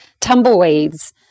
tumbleweeds